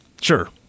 Sure